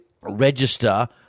register